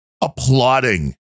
applauding